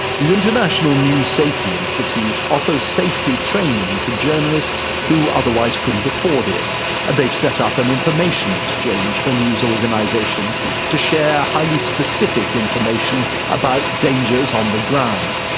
the international news safety institute offers safety training to journalists who otherwise couldn't afford it and they've set up an information exchange for news organisations to share highly specific information about dangers on the ground.